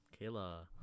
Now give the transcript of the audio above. Kayla